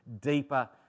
deeper